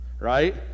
right